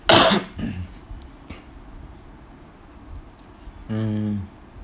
mm